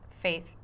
faith